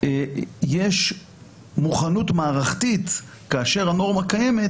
יש מוכנות מערכתית כאשר הנורמה קיימת